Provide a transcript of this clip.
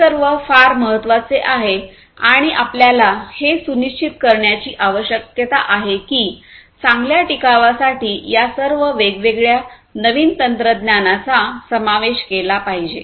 हे सर्व फार महत्वाचे आहे आणि आपल्याला हे सुनिश्चित करण्याची आवश्यकता आहे की चांगल्या टिकावा साठी या सर्व वेगवेगळ्या नवीन तंत्रज्ञानांचा समावेश केला पाहिजे